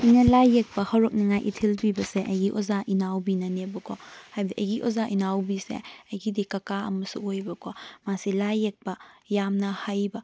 ꯑꯩꯅ ꯂꯥꯏ ꯌꯦꯛꯄ ꯍꯧꯔꯛꯅꯤꯉꯥꯏ ꯏꯊꯤꯜ ꯄꯤꯕꯁꯦ ꯑꯩꯒꯤ ꯑꯣꯖꯥ ꯏꯅꯥꯎꯕꯤꯅꯅꯦꯕꯀꯣ ꯍꯥꯏꯕꯗꯤ ꯑꯩꯒꯤ ꯑꯣꯖꯥ ꯏꯅꯥꯎꯕꯤꯁꯦ ꯑꯩꯒꯤꯗꯤ ꯀꯀꯥ ꯑꯃꯁꯨ ꯑꯣꯏꯑꯦꯕꯀꯣ ꯃꯥꯁꯤ ꯂꯥꯏ ꯌꯦꯛꯄ ꯌꯥꯝꯅ ꯍꯩꯕ